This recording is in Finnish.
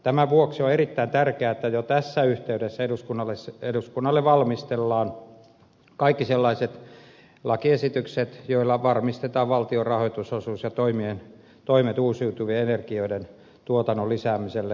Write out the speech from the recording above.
tämän vuoksi on erittäin tärkeää että jo tässä yhteydessä eduskunnalle valmistellaan kaikki sellaiset lakiesitykset joilla varmistetaan valtion rahoitusosuus ja toimet uusiutuvien energioiden tuotannon lisäämiselle